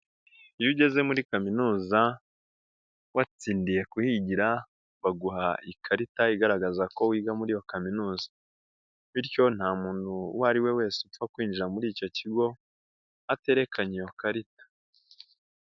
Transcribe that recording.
Iyo ugeze muri kaminuza watsindiye kuhigira baguha ikarita igaragaza ko wiga muri iyo kaminuza, bityo nta muntu uwo ari we wese upfa kwinjira muri icyo kigo aterekanye iyo karita.